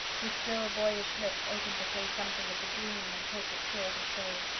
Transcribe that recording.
his still boyish lips opened to say something of the dream and hope that thrilled his soul.